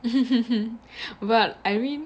but I mean